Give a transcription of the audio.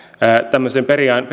tämmöisen